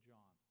John